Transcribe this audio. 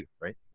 Right